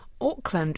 Auckland